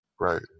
right